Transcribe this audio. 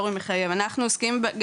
אנחנו עוסקים בתכנון סטטוטורי מחייב,